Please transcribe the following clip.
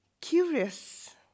curious